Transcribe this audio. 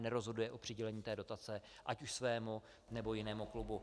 Nerozhoduje o přidělení dotace ať už svému nebo jinému klubu.